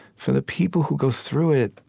for the people who go through it,